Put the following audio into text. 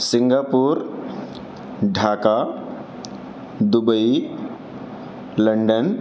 Singapore Dhaka Dubai London